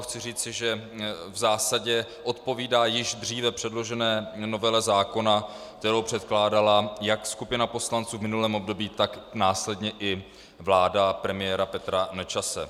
Chci říci, že v zásadě odpovídá již dříve předložené novele zákona, kterou předkládala jak skupina poslanců v minulém období, tak následně i vláda premiéra Petra Nečase.